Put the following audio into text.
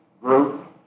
group